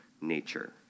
nature